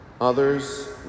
others